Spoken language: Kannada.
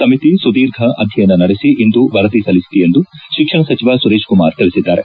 ಸಮಿತಿ ಸುದೀರ್ಘ ಅಧ್ಯಯನ ನಡೆಸಿ ಇಂದು ವರದಿ ಸಲ್ಲಿಸಿದೆ ಎಂದು ಶಿಕ್ಷಣ ಸಚಿವ ಸುರೇಶ್ ಕುಮಾರ್ ತಿಳಿಸಿದ್ದಾರೆ